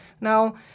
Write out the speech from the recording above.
Now